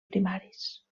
primaris